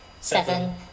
Seven